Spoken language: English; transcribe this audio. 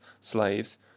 slaves